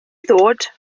ddod